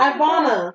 Ivana